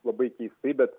labai keistai bet